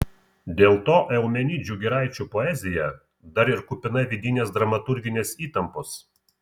dėl to eumenidžių giraičių poezija dar ir kupina vidinės dramaturginės įtampos